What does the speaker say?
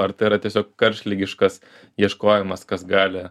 ar tai yra tiesiog karštligiškas ieškojimas kas gali